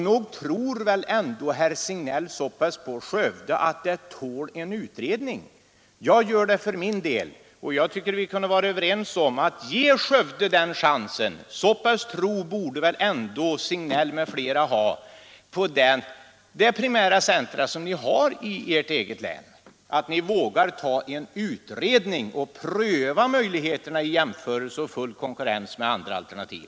Nog tror väl herr Signell så pass på Skövde att det tål en utredning? Jag gör det för min del, och jag tycker att vi kunde vara överens om att ge Skövde den chansen. Så pass stark tro borde väl herr Signell m.fl. ha på det primära centrum som ni har i ert eget län, att ni vågar ta en utredning och pröva möjligheterna i jämförelse och full konkurrens med andra alternativ?